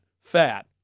fat